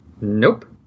Nope